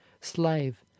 slave